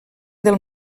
del